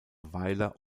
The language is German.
weiler